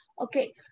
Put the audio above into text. Okay